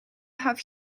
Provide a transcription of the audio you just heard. have